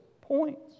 points